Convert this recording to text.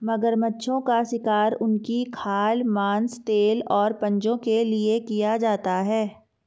मगरमच्छों का शिकार उनकी खाल, मांस, तेल और पंजों के लिए किया जाता है